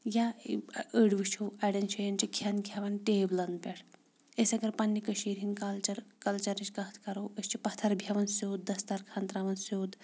یا أڑۍ وٕچھو اَڑٮ۪ن جایَن چھِ کھٮ۪ن کھٮ۪وان ٹیبلَن پٮ۪ٹھ أسۍ اگر پںٛنہِ کٔشیٖرِ ہِنٛدۍ کَلچَر کَلچَرٕچ کَتھ کَرو أسۍ چھِ پَتھر بیٚہوان سیوٚد دَسترخان ترٛاوان سیوٚد